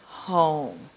Home